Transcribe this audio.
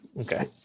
okay